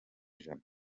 ijana